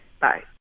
Bye